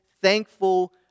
thankful